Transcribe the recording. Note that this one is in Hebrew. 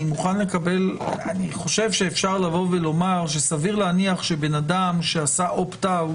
אני חושב שאפשר לומר שסביר שאדם שעשה אופט אאוט,